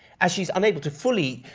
as she's unable to fully.